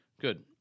good